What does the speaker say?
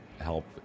help